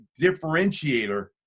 differentiator